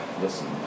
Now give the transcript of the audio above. listen